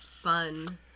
fun